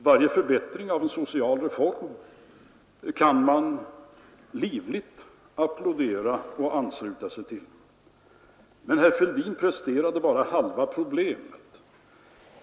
Varje förbättring av en social reform kan man livligt applådera och ansluta sig till. Men herr Fälldin presenterade bara halva problemet.